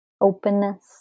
openness